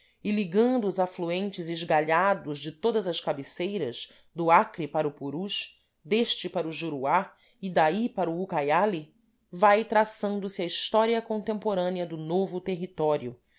e ligando os afluentes esgalhados de todas as cabeceiras do acre para o purus deste para o juruá e daí para o ucaiali vai traçando se a história contemporânea do novo território